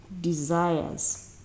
desires